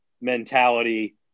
mentality